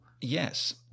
Yes